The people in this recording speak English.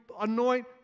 anoint